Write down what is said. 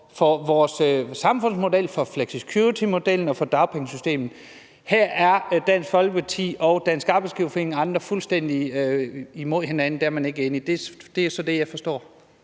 for vores samfundsmodel, for flexicuritymodellen og for dagpengesystemet. Her er Dansk Folkeparti og Dansk Arbejdsgiverforening og andre fuldstændig imod hinanden; der er man ikke enige. Det er sådan, jeg forstår